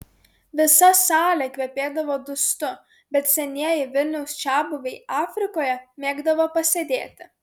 visa salė kvepėdavo dustu bet senieji vilniaus čiabuviai afrikoje mėgdavo pasėdėti